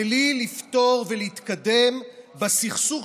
בלי לפתור ולהתקדם בסכסוך,